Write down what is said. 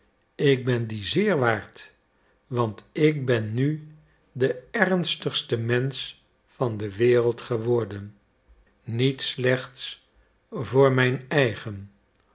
ik ben dien zeer waard want ik ben nu de ernstigste mensch van de wereld geworden niet slechts voor mijn eigen